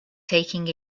taking